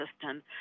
system